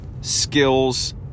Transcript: skills